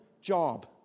job